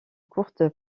courte